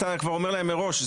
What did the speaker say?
אתה כבר אומר להן מראש,